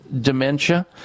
dementia